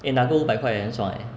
eh 拿 gold 五百块 eh 很爽